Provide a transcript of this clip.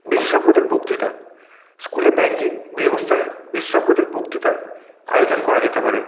বিশেষজ্ঞদের বক্তৃতা স্কুলে ব্যাংকিং ব্যবস্থার বিশেষজ্ঞদের বক্তৃতার আয়োজন করা যেতে পারে